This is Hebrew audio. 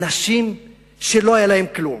אנשים שלא היה להם כלום.